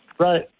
Right